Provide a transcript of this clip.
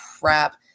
crap